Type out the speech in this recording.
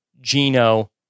Gino